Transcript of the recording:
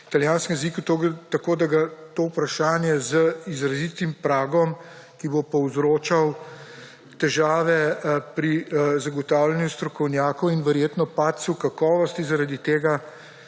v italijanskem jeziku. To vprašanje z izrazitim pragom, ki bo povzročal težave pri zagotavljanju strokovnjakov in verjetno padcu kakovosti, zaradi tega